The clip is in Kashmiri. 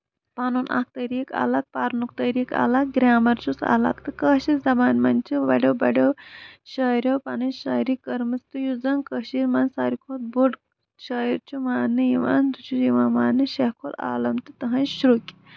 پَنُن اکھ طریٖقہٕ الگ پَرنُک طریٖقہٕ اَلگ گریمر چھُس الگ تہٕ کٲشِر زَبان منٛز چھِ بَڑیو بَڑیو شٲعرو پَنٕنۍ شٲعری کٔرمٕژ تہٕ یُس زَن کٔشیٖر منٛز ساروی کھۄتہٕ بوٚڑ شٲعر چھُ ماننہٕ یِوان سُہ چھُ یِوان ماننہٕ شیخ و العالم تٕہنز شرُکۍ